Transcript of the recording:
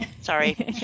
sorry